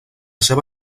seva